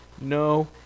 no